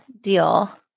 deal